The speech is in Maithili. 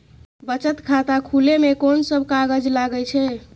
बचत खाता खुले मे कोन सब कागज लागे छै?